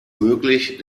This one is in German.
möglich